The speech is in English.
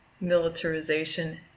militarization